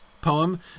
poem